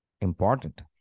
important